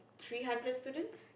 three hundred students